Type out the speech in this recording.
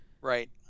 Right